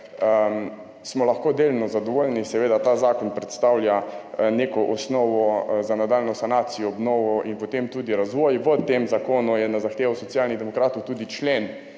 smo lahko delno zadovoljni. Seveda ta zakon predstavlja neko osnovo za nadaljnjo sanacijo, obnovo in potem tudi razvoj. V tem zakonu je na zahtevo Socialnih demokratov tudi člen,